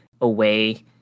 away